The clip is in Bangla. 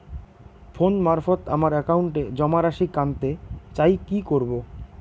ফোন মারফত আমার একাউন্টে জমা রাশি কান্তে চাই কি করবো?